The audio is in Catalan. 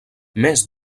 més